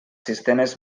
sistemes